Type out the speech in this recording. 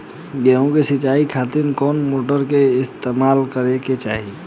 गेहूं के सिंचाई खातिर कौन मोटर का इस्तेमाल करे के चाहीं?